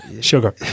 sugar